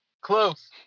close